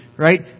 Right